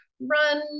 run